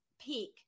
peak